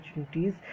opportunities